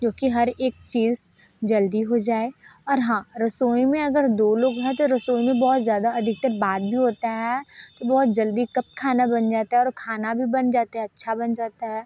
जो कि हर एक चीज़ जल्दी हो जाए और हाँ रसोई में अगर दो लोग हैं तो रसोई में बहुत ज़्यादा अधिकतर बात भी होती है तो बहुत जल्दी कब खाना बन जाता है और खाना भी बन जाता है अच्छा बन जाता है